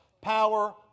power